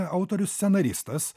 autorius scenaristas